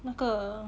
那个